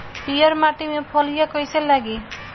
पीयर माटी में फलियां कइसे लागी?